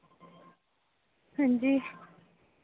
हांजी